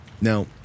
Now